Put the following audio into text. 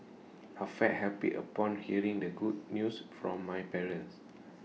I felt happy upon hearing the good news from my parents